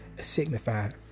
signified